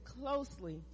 closely